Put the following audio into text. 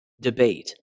debate